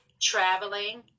traveling